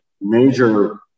major